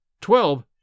twelve